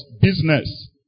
business